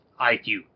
IQ